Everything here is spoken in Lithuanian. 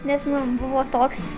nes man buvo toks